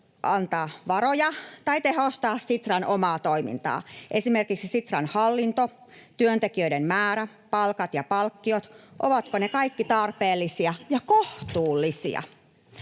varoja tai tehostaa Sitran omaa toimintaa. Ovatko esimerkiksi Sitran hallinto, työntekijöiden määrä, palkat ja palkkiot kaikki tarpeellisia ja kohtuullisia?